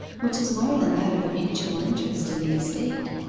which is more than that of a mutual interest in the estate